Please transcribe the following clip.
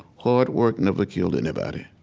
hard work never killed anybody.